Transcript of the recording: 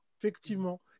Effectivement